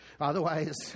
Otherwise